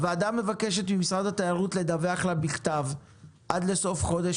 הוועדה מבקשת ממשרד התיירות לדווח לה בכתב עד לסוף חודש